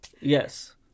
yes